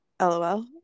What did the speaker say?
LOL